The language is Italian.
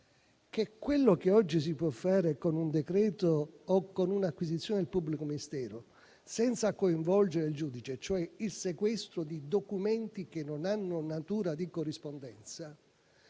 che quello che oggi si può fare con un decreto o con un'acquisizione del pubblico ministero, senza coinvolgere il giudice, cioè il sequestro di documenti che non hanno natura di corrispondenza,